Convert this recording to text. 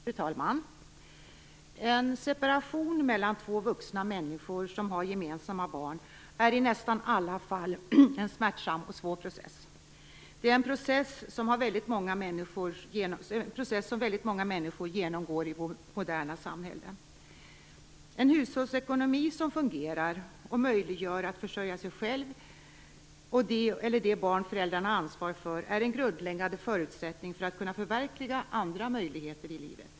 Fru talman! En separation mellan två vuxna människor som har gemensamma barn är i nästan alla fall en smärtsam och svår process. Det är en process som väldigt många människor genomgår i vårt moderna samhälle. En hushållsekonomi som fungerar och möjliggör att försörja sig själv och det eller de barn föräldrarna har ansvar för är en grundläggande förutsättning för att man skall kunna förverkliga andra möjligheter i livet.